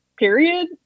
Period